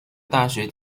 大学